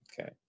Okay